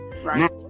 Right